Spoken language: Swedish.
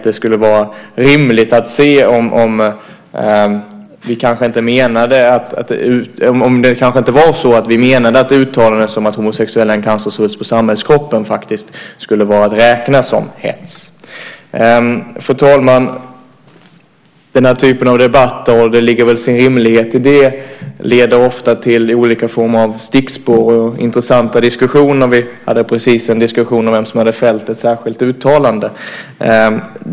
Det skulle vara rimligt att se om det kanske inte var så att vi menade att uttalanden som att homosexuella är en cancersvulst på samhällskroppen faktiskt skulle vara att räkna som hets. Fru talman! Den här typen av debatt leder ofta till olika former av stickspår och intressanta diskussioner, och det ligger väl en rimlighet i det. Vi förde precis nyss en diskussion om vem som hade fällt ett särskilt uttalande.